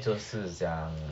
就是 sia